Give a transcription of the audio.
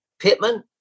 Pittman